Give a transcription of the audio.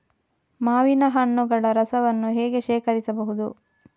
ಮಾವಿನ ಹಣ್ಣುಗಳ ರಸವನ್ನು ಹೇಗೆ ಶೇಖರಿಸಬಹುದು?